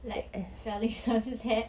like selling sunset